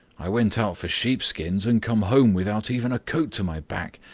i went out for sheep-skins and come home without even a coat to my back,